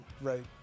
right